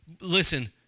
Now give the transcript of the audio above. listen